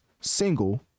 single